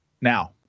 Now